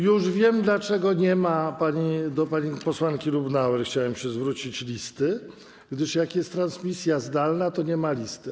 Już wiem, dlaczego nie ma listy - do pani posłanki Lubnauer chciałem się zwrócić - gdyż jak jest transmisja zdalna, to nie ma listy.